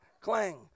clang